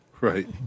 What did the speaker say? Right